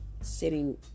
sitting